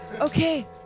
Okay